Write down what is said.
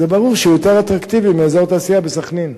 זה ברור שהוא יותר אטרקטיבי מאזור תעשייה בסח'נין.